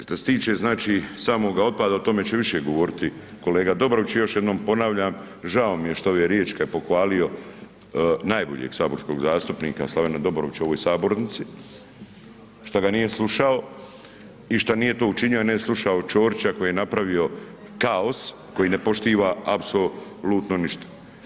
Što se tiče znači samoga otpada o tome će više govoriti kolega Dobrović i još jednom ponavljam, žao mi je što ove riječi kada je pohvalio najboljeg saborskog zastupnika Slavena Dobrovića u ovoj sabornici, šta ga nije slušao i šta nije to učinio a ne slušao Ćorića koji je napravio kaos koji ne poštuje apsolutno ništa.